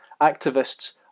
activists